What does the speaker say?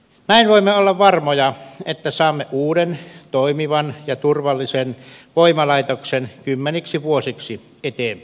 näin voimme olla varmoja että saamme uuden toimivan ja turvallisen voimalaitoksen kymmeniksi vuosiksi eteenpäin